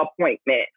appointment